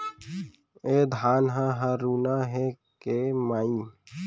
ए धान ह हरूना हे के माई?